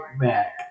back